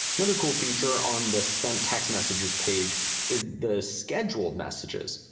another cool feature on the send text messages page is the scheduled messages.